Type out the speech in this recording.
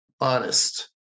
Honest